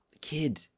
kid